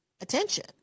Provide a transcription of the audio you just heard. attention